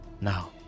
Now